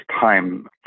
time